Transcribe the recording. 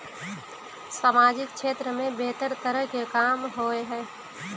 सामाजिक क्षेत्र में बेहतर तरह के काम होय है?